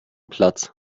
platz